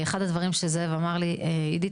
אחד הדברים שזאב אמר לי 'עידית,